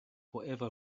whatever